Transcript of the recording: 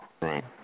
Right